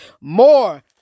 More